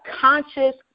conscious